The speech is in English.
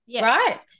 right